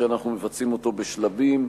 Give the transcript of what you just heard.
ואנחנו מבצעים אותו בשלבים.